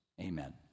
Amen